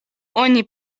oni